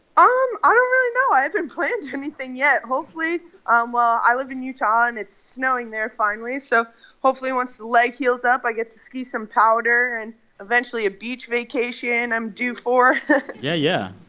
um i don't really know. i haven't planned anything yet. hopefully um well, i live in utah, and it's snowing there finally, so hopefully once the leg heals up, i get to ski some powder and eventually a beach vacation i'm due for yeah, yeah.